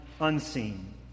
unseen